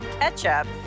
Ketchup